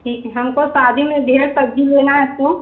ठीक है हमको ताज़ी में ढेर सब्ज़ी लेना है तो